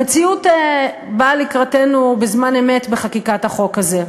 המציאות באה לקראתנו בזמן אמת בחקיקת החוק הזה,